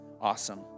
Awesome